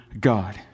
God